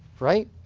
right,